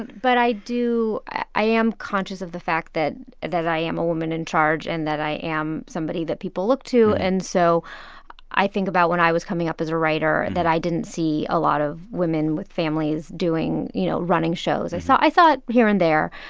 and but i do i i am conscious of the fact that that i am a woman in charge and that i am somebody that people look to. and so i think about when i was coming up as a writer, that i didn't see a lot of women with families doing you know, running shows. i saw i saw it here and there.